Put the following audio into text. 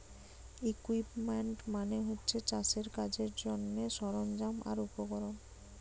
equipment মানে হচ্ছে চাষের কাজের জন্যে সরঞ্জাম আর উপকরণ